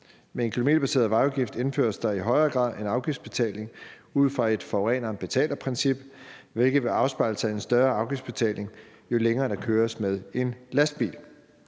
Med en kilometerbaseret vejafgift indføres der i højere grad en afgiftsbetaling ud fra et forureneren betaler-princip, hvilket vil afspejle sig i en større afgiftsbetaling, jo længere der køres med en lastbil.